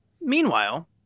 meanwhile